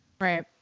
Right